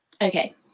Okay